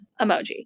emoji